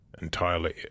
entirely